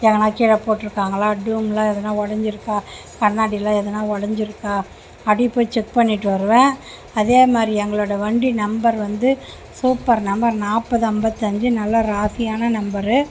எங்கனாச்சும் கீழே போட்டிருக்காங்களா டூம்லாம் எதுனா ஒடைஞ்சிருக்கா கண்ணாடிலாம் எதுனா ஒடைஞ்சிருக்கா அப்படி போய் செக் பண்ணிவிட்டு வருவேன் அதேமாதிரி எங்களோட வண்டி நம்பர் வந்து சூப்பர் நம்பர் நாற்பது ஐம்பத்தஞ்சி நல்ல ராசியான நம்பரு